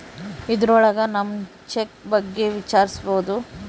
ಇದ್ರೊಳಗ ನಮ್ ಚೆಕ್ ಬಗ್ಗೆ ವಿಚಾರಿಸ್ಬೋದು